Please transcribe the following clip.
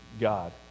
God